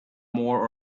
more